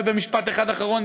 ומשפט אחד אחרון,